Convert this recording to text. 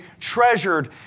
treasured